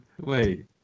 wait